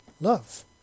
love